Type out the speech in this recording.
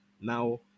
now